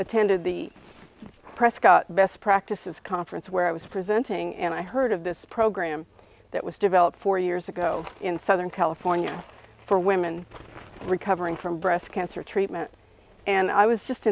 attended the prescott best practices conference where i was presenting and i heard of this program that was developed four years ago in southern california for women recovering from breast cancer treatment and i was just